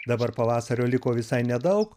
dabar pavasario liko visai nedaug